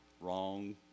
wrong